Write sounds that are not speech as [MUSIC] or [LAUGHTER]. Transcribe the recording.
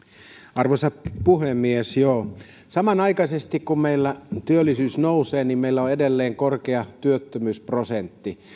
arvoisa puhemies samanaikaisesti kun meillä työllisyys nousee meillä on edelleen korkea työttömyysprosentti [UNINTELLIGIBLE]